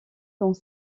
dans